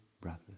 brothers